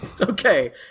Okay